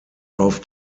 auf